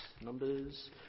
Numbers